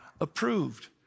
approved